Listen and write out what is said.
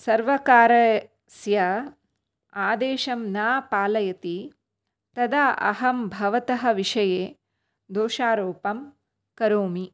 सर्वकारस्य आदेशं न पालयति तदा अहं भवतः विषये दोषारोपं करोमि